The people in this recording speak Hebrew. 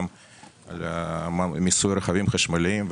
גם על מיסוי הרכבים החשמליים,